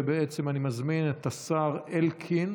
ובעצם אני מזמין את השר אלקין